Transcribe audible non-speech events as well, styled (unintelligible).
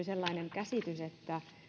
(unintelligible) sellainen käsitys että